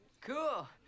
Cool